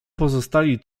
pozostali